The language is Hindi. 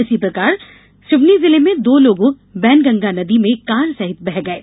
इसी प्रकार सिवनी जिले में दो लोग बैनगंगा नदी में कार सहित बह गये